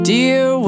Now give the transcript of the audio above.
Dear